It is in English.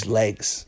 legs